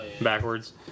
backwards